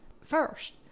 first